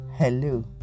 Hello